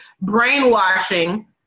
brainwashing